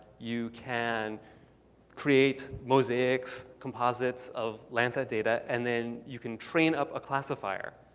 you can create mosaics, composites of landsat data. and then you can train up a classifier.